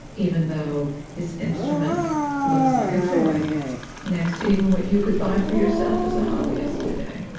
even though his instrument looks like a toy next to even what you could buy for yourself as a hobbyist today,